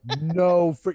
No